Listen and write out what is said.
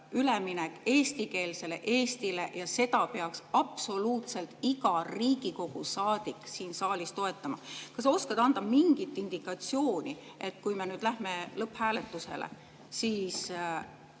üleminek eestikeelsele Eestile, ja seda peaks absoluutselt iga Riigikogu saadik siin saalis toetama. Kas sa oskad anda mingit indikatsiooni, et kui me lähme lõpphääletusele ja